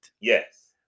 Yes